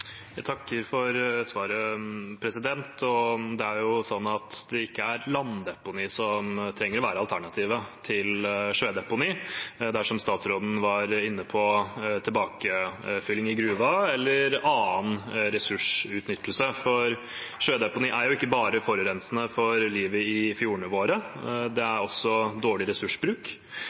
Jeg takker for svaret, og det er jo ikke landdeponi som trenger å være alternativet til sjødeponi. Det er, som statsråden var inne på, tilbakefylling i gruven eller annen ressursutnyttelse. For sjødeponi er ikke bare forurensende for livet i fjordene våre, det er også dårlig ressursbruk.